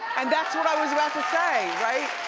and that's what i was about to say, right?